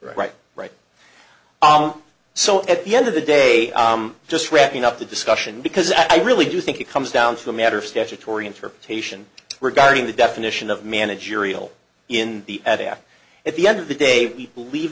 right right so at the end of the day just wrapping up the discussion because i really do think it comes down to a matter of statutory interpretation regarding the definition of managerial in the at the at at the end of the day we believe